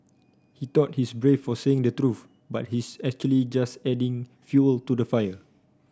he thought he's brave for saying the truth but he's actually just adding fuel to the fire